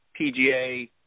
PGA